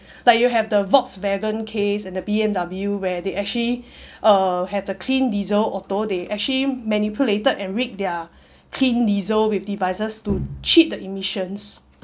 like you have the Volkswagen case and the B_M_W where they actually uh have the clean diesel auto they actually manipulated and rig their clean diesel with devices to cheat the emissions